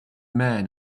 man